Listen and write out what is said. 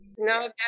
No